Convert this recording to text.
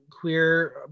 queer